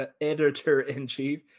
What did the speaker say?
editor-in-chief